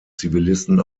zivilisten